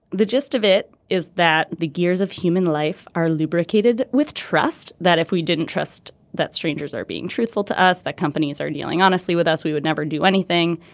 the gist of it is that the gears of human life are lubricated with trust that if we didn't trust that strangers are being truthful to us that companies are dealing honestly with us we would never do anything.